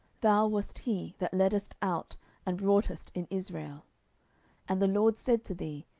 thou wast he that leddest out and broughtest in israel and the lord said to thee,